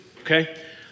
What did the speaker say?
okay